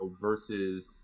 versus